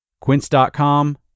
Quince.com